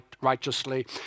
righteously